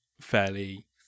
fairly